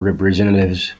representatives